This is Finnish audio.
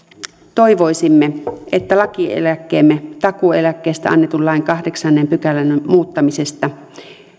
toivoisimme että lakialoitteemme takuueläkkeestä annetun lain kahdeksannen pykälän muuttamisesta